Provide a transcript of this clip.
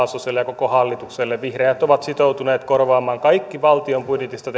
grahn laasoselle ja koko hallitukselle vihreät ovat sitoutuneet korvaamaan kaikki valtion budjetista